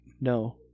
No